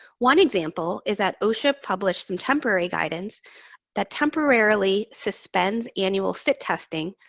one example is that osha published some temporary guidance that temporarily suspends annual fit testing,